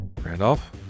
Randolph